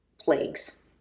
plagues